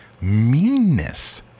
meanness